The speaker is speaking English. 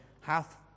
hath